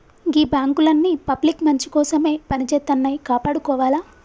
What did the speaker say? గీ బాంకులన్నీ పబ్లిక్ మంచికోసమే పనిజేత్తన్నయ్, కాపాడుకోవాల